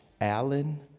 Allen